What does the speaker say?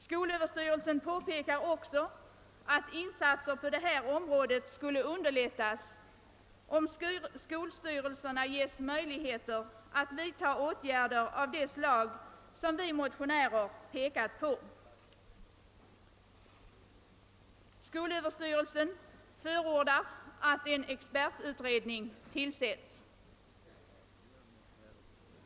Skolöverstyrelsen påpekar också att insatser på detta område skulle underlättas, om skolstyrelserna gavs möjligheter att vidta åtgärder av det slag som vi motionärer pekat på. Skolöverstyrelsen förordar att en expertutredning tillsätts.